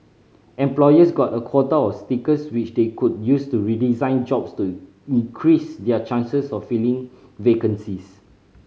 employers got a quota of stickers which they could use to redesign jobs to increase their chances of filling vacancies